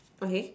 okay